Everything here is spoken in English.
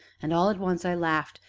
and, all at once, i laughed,